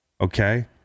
okay